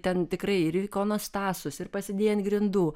ten tikrai ir ikonostasus ir pasidėję ant grindų